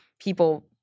people—